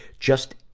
just,